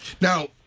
Now